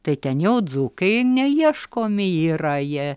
tai ten jau dzūkai neieškomi yra jie